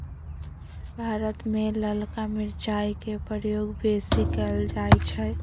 भारत में ललका मिरचाई के प्रयोग बेशी कएल जाइ छइ